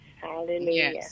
Hallelujah